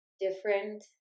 different